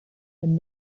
and